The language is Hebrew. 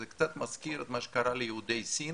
זה קצת מזכיר את מה שקרה ליהודי סין,